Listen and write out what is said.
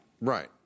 Right